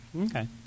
Okay